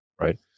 right